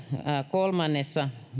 kolmannessa